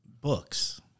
books